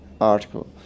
article